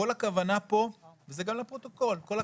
כל הכוונה פה, וזה גם לפרוטוקול, זה